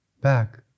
back